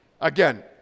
Again